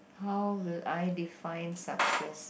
how will I define success